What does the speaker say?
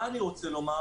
מה אני רוצה לומר?